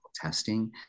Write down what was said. testing